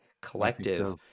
collective